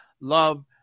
love